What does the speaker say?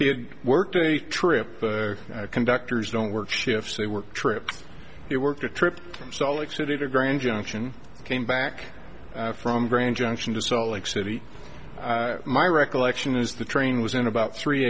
had worked a trip conductors don't work shifts they work trip it worked a trip from salt lake city to grand junction came back from grand junction to salt lake city my recollection is the train was in about three